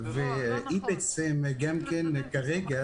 --- כרגע